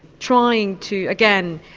trying to, again,